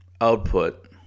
output